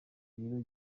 rero